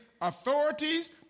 authorities